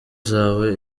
zawe